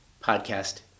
podcast